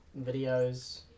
videos